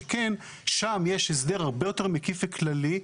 שכן שם יש הסדר הרבה יותר מקיף וכללי,